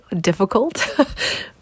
difficult